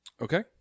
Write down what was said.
Okay